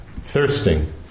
thirsting